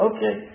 Okay